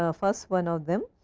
ah first one of them